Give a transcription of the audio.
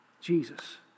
Jesus